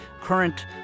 current